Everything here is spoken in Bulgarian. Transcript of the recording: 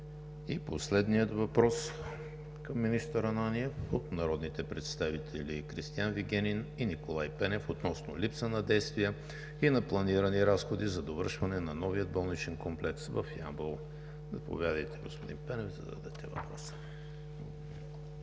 Последният въпрос към министър Ананиев е от народните представители Кристиан Вигенин и Николай Пенев относно липсата на действия и на планирани разходи за довършване на новия болничен комплекс в Ямбол. Заповядайте, господин Пенев, да зададете въпроса.